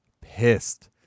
pissed